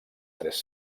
tres